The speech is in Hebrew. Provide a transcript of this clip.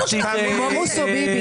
יש אמירות אי אפשר לסבול אותן,